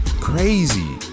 Crazy